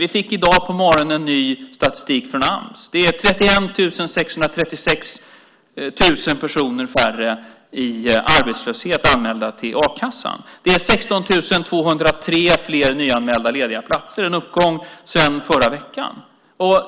Vi fick i dag på morgonen ny statistik från Ams. Det är 31 636 personer färre i arbetslöshet och anmälda till a-kassan. Det är 16 203 fler nyanmälda lediga platser, en uppgång sedan förra veckan.